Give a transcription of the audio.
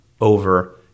over